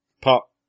pop